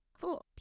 cool